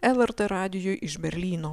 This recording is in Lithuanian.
lrt radijui iš berlyno